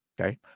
Okay